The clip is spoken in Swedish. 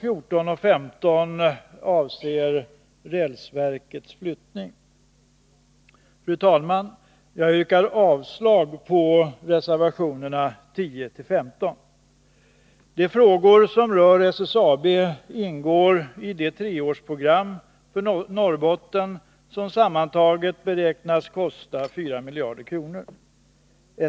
Jag yrkar avslag på reservationerna 10-15. De frågor som rör SSAB ingår i det treårsprogram för Norrbotten som sammantaget beräknas kosta 4 miljarder kronor.